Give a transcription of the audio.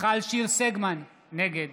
נגד